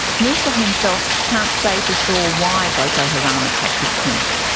musa himself can't say for sure why boko haram attacked his clinic.